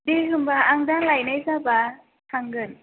दे होमब्ला आं दा लायनाय जाब्ला थांगोन